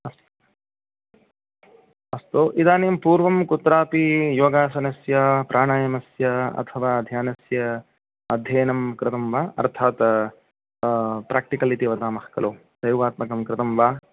अस् अस्तु इदानीं पूर्वं कुत्रापि योगासनस्य प्राणायामस्य अथवा ध्यानस्य अध्ययनं कृतं वा अर्थात् प्राक्टिकल् इति वदामः खलु प्रयोगात्मकं कृतं वा